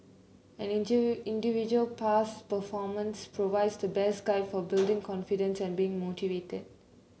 an individual past performance provides the best guide for building confidence and being motivated